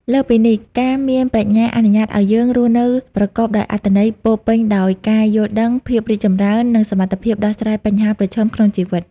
លើសពីនេះ ការមានប្រាជ្ញាអនុញ្ញាតឱ្យយើង រស់នៅប្រកបដោយអត្ថន័យ ពោរពេញដោយការយល់ដឹង ភាពរីកចម្រើន និងសមត្ថភាពដោះស្រាយបញ្ហាប្រឈមក្នុងជីវិត។